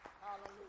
Hallelujah